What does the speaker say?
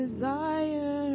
Desire